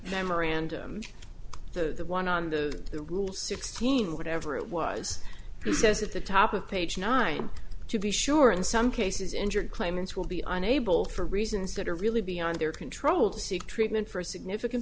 memorandum the one on the rule sixteen whatever it was he says at the top of page nine to be sure in some cases injured claimants will be unable for reasons that are really beyond their control to seek treatment for a significant